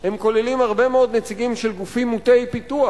הם כוללים הרבה מאוד נציגים של גופים מוטי פיתוח,